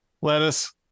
Lettuce